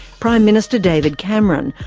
prime minister david cameron,